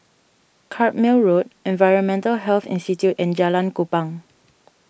Carpmael Road Environmental Health Institute and Jalan Kupang